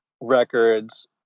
Records